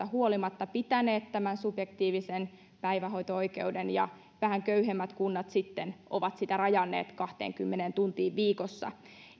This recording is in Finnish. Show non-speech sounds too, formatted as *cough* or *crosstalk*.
*unintelligible* huolimatta pitäneet tämän subjektiivisen päivähoito oikeuden ja vähän köyhemmät kunnat sitten ovat sitä rajanneet kahteenkymmeneen tuntiin viikossa